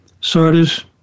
Sardis